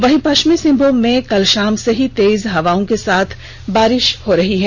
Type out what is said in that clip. वहीं पश्चिमी सिंहभूम में कल शाम से ही तेज हवाओं के साथ बारिश हो रही है